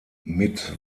mit